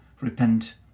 repent